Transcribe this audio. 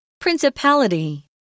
Principality